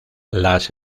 las